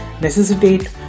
necessitate